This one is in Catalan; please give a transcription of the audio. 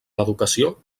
l’educació